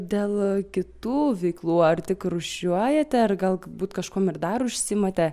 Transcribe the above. dėl kitų veiklų ar tik rūšiuojate ar galbūt kažkuom ir dar užsiimate